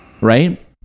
Right